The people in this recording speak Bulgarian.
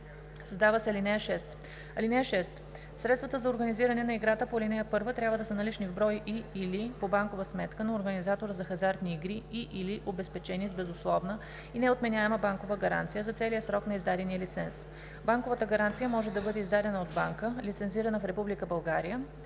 Създава се ал. 6: „(6) Средствата за организиране на играта по ал. 1 трябва да са налични в брой и/или по банкова сметка на организатора на хазартни игри и/или обезпечени с безусловна и неотменяема банкова гаранция за целия срок на издадения лиценз. Банковата гаранция може да бъде издадена от банка, лицензирана в